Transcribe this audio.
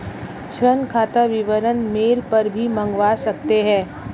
ऋण खाता विवरण मेल पर भी मंगवा सकते है